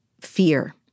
fear